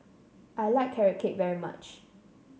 I like Carrot Cake very much